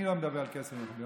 אני לא מדבר על כסף למחבלים.